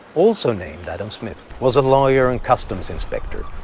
also named adam smith, was a lawyer and customs inspector,